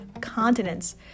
continents